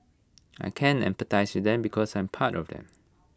I can empathise with them because I'm part of them